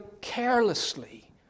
carelessly